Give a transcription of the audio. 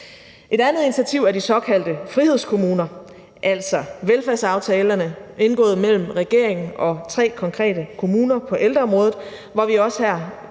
Et andet initiativ er de såkaldte frihedskommuner, altså velfærdsaftalerne indgået mellem regeringen og tre konkrete kommuner på ældreområdet, hvor vi også her